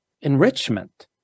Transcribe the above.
enrichment